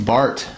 Bart